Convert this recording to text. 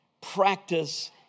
practice